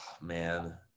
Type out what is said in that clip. Man